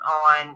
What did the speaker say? on